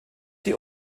die